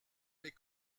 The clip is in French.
mes